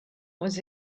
was